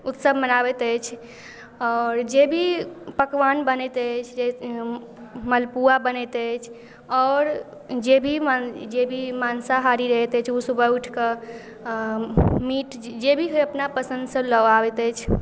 उत्सव मनाबैत अछि आओर जे भी पकवान बनैत अछि मालपुआ बनैत अछि आओर जे भी माँ जे भी माँसाहारी रहैत अछि ओ सुबह उठि कऽ मीट जे भी होइ अपना पसन्दसँ लऽ आबैत अछि